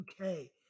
Okay